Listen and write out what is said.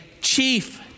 chief